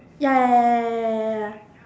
ya ya ya ya ya ya ya ya ya